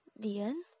Dian